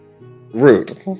rude